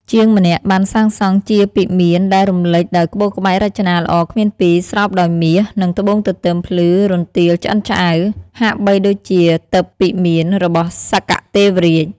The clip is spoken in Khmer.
ជាងម្នាក់បានសាងសង់ជាពិមានដែលរំលេចដោយក្បូរក្បាច់រចនាល្អគ្មានពីរ ស្រោបដោយមាស និងត្បូងទទឹមភ្លឺរន្ទាលឆ្អិនឆ្អៅ ហាក់បីដូចជាទិព្វពិមានរបស់សក្កទេវរាជ។